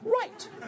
Right